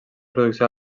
producció